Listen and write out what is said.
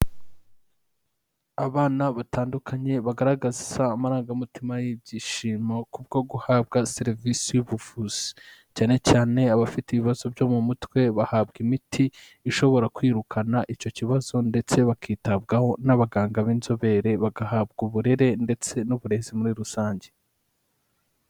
Abana batandukanye bagaragaza amarangamutima y'ibyishimo kubwo guhabwa serivisi y'ubuvuzi, cyane cyane abafite ibibazo byo mu mutwe bahabwa imiti ishobora kwirukana icyo kibazo ndetse bakitabwaho n'abaganga b'inzobere bagahabwa uburere ndetse n'uburezi muri rusange.